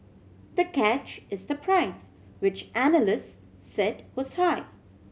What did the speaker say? the catch is the price which analyst said was high